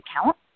account